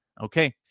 Okay